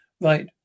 Right